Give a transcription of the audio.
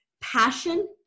passion